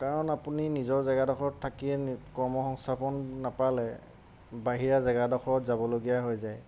কাৰণ আপুনি নিজৰ জেগাডোখৰত থাকিয়ে কৰ্ম সংস্থাপন নাপালে বাহিৰা জেগাডোখৰত যাবলগীয়া হৈ যায়